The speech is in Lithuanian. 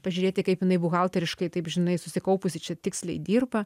pažiūrėti kaip jinai buhalteriškai taip žinai susikaupusi čia tiksliai dirba